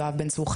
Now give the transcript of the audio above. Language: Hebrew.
יואב בן צור,